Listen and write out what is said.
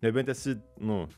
nebent esi nu